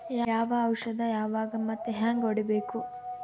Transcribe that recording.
ಯಾವ ಔಷದ ಯಾವಾಗ ಮತ್ ಹ್ಯಾಂಗ್ ಹೊಡಿಬೇಕು?